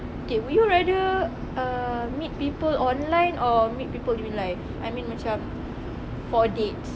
okay would you rather uh meet people online or meet people in real life I mean macam for a date